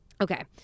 Okay